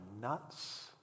nuts